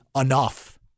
enough